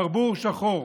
ברבור שחור,